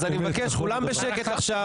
אז אני מבקש: כולם בשקט עכשיו.